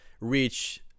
reach